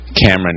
Cameron